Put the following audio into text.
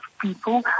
people